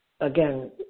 Again